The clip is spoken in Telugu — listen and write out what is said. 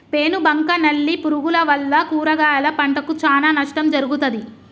పేను బంక నల్లి పురుగుల వల్ల కూరగాయల పంటకు చానా నష్టం జరుగుతది